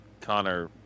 Connor